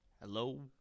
Hello